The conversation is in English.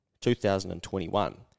2021